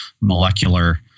molecular